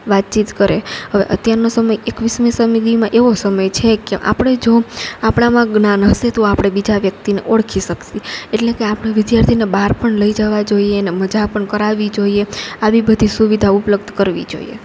વાતચીત કરે હવે અત્યારનો સમય એકવીસમી સદીમાં એવો સમય છે કે આપણે જો આપણામાં જ્ઞાન હશે તો આપણે બીજા વ્યક્તિને ઓળખી શકશે એટલે કે આપણે વિદ્યાર્થીને બહાર પણ લઈ જવા જોઈએ ને મજા પણ કરાવવી જોઈએ આવી બધી સુવિધા ઉપલબ્ધ કરવી જોઈએ